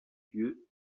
dieu